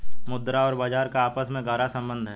मुद्रा और बाजार का आपस में गहरा सम्बन्ध है